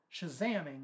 shazamming